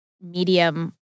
medium